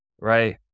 right